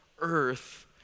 earth